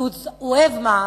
כי הוא אוהב מע"מ,